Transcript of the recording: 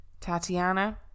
Tatiana